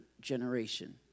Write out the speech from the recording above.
generation